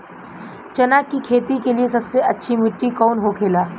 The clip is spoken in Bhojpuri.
चना की खेती के लिए सबसे अच्छी मिट्टी कौन होखे ला?